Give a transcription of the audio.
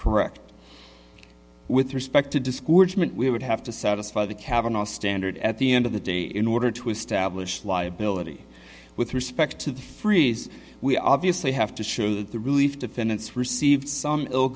correct with respect to disk which meant we would have to satisfy the kavanaugh standard at the end of the day in order to establish liability with respect to the freeze we obviously have to show that the relief defendants received some ill